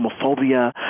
homophobia